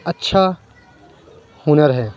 اچھا ہُنر ہے